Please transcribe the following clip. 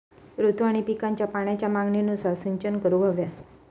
ऋतू आणि पिकांच्या पाण्याच्या मागणीनुसार सिंचन करूक व्हया